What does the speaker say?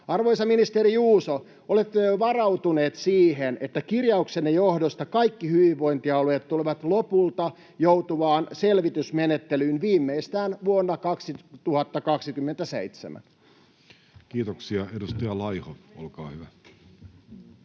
Arvoisa ministeri Juuso, oletteko varautuneet siihen, että kirjauksenne johdosta kaikki hyvinvointialueet tulevat lopulta joutumaan selvitysmenettelyyn viimeistään vuonna 2027? [Speech 264] Speaker: